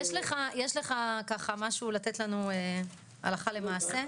יש לך ככה משהו לתת לנו הלכה למעשה.